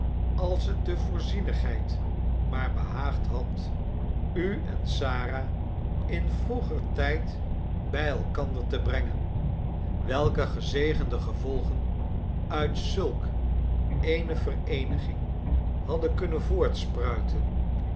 als het de voorzienigheid maar behaagd had u en sara in vroeger tijd bij elkander te brengen welke gezegende gevolgen uit zulk eene vereeniging hadden kunnen